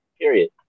Period